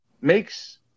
makes